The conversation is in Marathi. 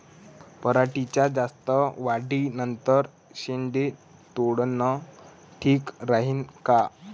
पराटीच्या जास्त वाढी नंतर शेंडे तोडनं ठीक राहीन का?